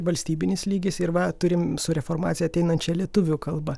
valstybinis lygis ir va turim su reformacija ateinančią lietuvių kalbą